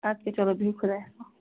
اَدٕ کیٛاہ چلو بِہِو خدایس حوال